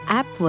app